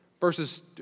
verses